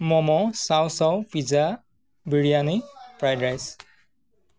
momo chow chow pizza biryani fried rice